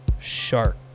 shark